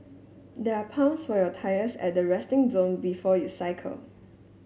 there are pumps for your tyres at the resting zone before you cycle